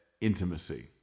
intimacy